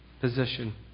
position